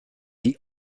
die